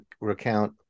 recount